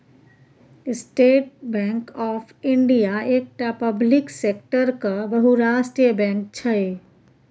state Bank of India एकटा public सेक्टरक बहुराष्ट्रीय बैंक छै